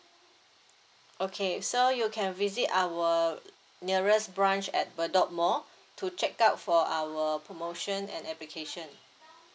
okay so you can visit our nearest branch at bedok mall to check out for our promotion and application